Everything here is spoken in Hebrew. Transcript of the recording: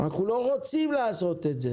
אנחנו לא רוצים לעשות את זה